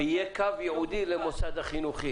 יהיה קו ייעודי למוסד החינוכי.